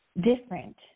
different